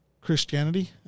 Christianity